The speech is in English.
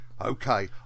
Okay